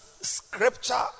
scripture